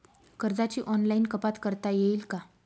कर्जाची ऑनलाईन कपात करता येईल का?